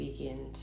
Begin